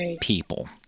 people